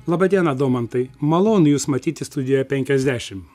laba diena domantai malonu jus matyti studijoje penkiasdešimt